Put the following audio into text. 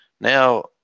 Now